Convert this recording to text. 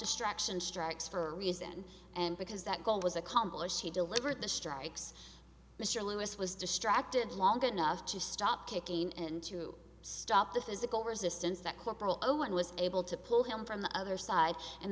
distraction strikes for a reason and because that goal was accomplished he delivered the strikes mr lewis was distracted long enough to stop kicking and to stop the physical resistance that corporal owen was able to pull him from the other side and